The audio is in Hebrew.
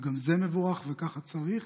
וגם זה מבורך וככה צריך.